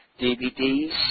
DVDs